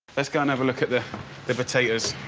let's go and have a look at the the potatoes.